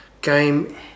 game